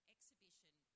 Exhibition